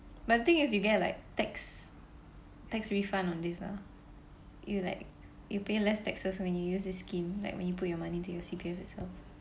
but the thing is you get like tax tax refund on these ah you like you pay less taxes when you use this scheme like when you put your money to your C_P_F itself